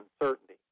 uncertainty